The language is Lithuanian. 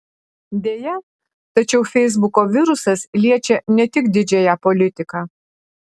deja tačiau feisbuko virusas liečia ne tik didžiąją politiką